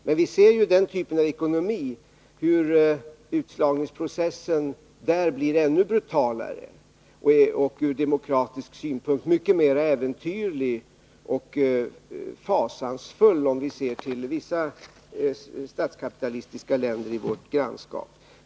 Men vi ser i den typen av ekonomi hur utslagningsprocessen blir ännu brutalare och ur demokratisk synpunkt mycket mer äventyrlig och fasansfull, om vi ser till vissa statskapitalistiska länder i vårt grannskap.